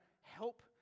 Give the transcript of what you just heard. help